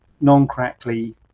Non-crackly